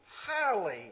highly